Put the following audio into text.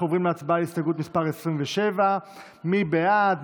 אנחנו עוברים להצבעה על הסתייגות מס' 27. מי בעד?